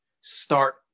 Start